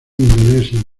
indonesia